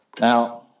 now